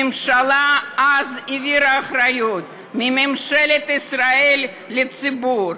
הממשלה אז העבירה אחריות מממשלת ישראל לציבור.